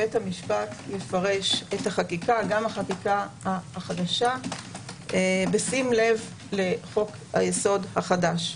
בית המשפט יפרש את החקיקה גם זו החדשה בשים לב לחוק היסוד החדש.